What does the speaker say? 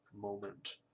moment